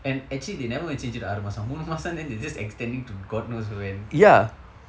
and actually they never even change it to ஆறு மாதம் மூன்று மாதம்:aaru maatha mundru maatham then they just extending to god knows when